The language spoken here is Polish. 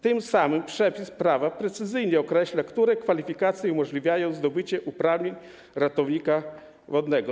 Tym samym przepis prawa precyzyjnie określi, które kwalifikacje umożliwiają zdobycie uprawnień ratownika wodnego.